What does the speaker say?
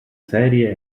serie